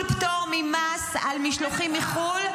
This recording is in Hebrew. אין הקפאה של קצבאות.